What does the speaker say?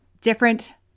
different